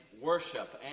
worship